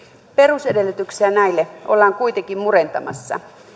perusedellytyksiä näille ollaan kuitenkin murentamassa